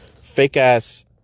fake-ass